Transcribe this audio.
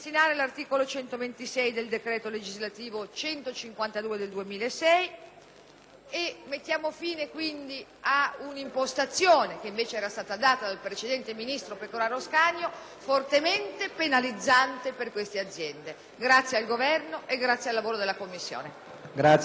mettiamo fine quindi ad un'impostazione che era stata data dal precedente ministro Pecoraro Scanio e che era fortemente penalizzante per queste aziende, grazie al Governo e grazie al lavoro della Commissione.